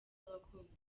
y’abakundana